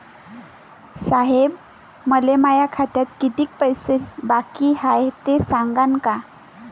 साहेब, मले माया खात्यात कितीक पैसे बाकी हाय, ते सांगान का?